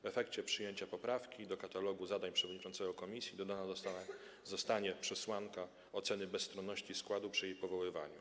W efekcie przyjęcia poprawki do katalogu zadań przewodniczącego komisji dodana zostanie przesłanka oceny bezstronności składu przy jej powoływaniu.